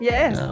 Yes